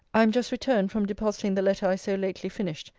i am just returned from depositing the letter i so lately finished,